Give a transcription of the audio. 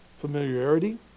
familiarity